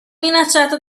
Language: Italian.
minacciato